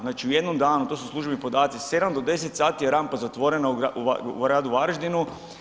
Znači u jednom danu, to su službeni podaci, 7 do 10 sati je rampa zatvorena u gradu Varaždinu.